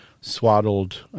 swaddled